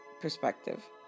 perspective